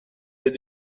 est